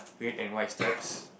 red and white stripes